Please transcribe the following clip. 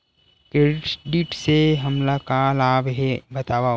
Credit से हमला का लाभ हे बतावव?